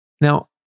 Now